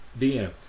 DM